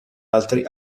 altri